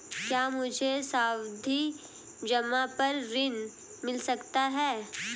क्या मुझे सावधि जमा पर ऋण मिल सकता है?